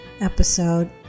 episode